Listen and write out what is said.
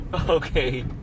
Okay